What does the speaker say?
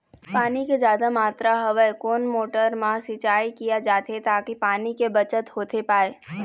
पानी के जादा मात्रा हवे कोन मोटर मा सिचाई किया जाथे ताकि पानी के बचत होथे पाए?